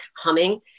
humming